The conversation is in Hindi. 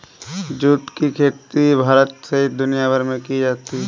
जुट की खेती भारत सहित दुनियाभर में की जाती है